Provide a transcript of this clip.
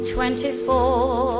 Twenty-four